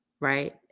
Right